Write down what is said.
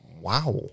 wow